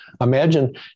imagine